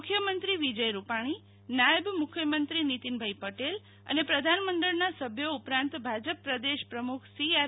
મુખ્યમંત્રી વિજય રૂપાણીનાયબ મુખ્યમંત્રી નિતિનભાઈ પટેલ અને પ્રધાનમંડળના સભ્યો ઉપરાંત ભાજપ પ્રદેશ પ્રમુખ સીઆર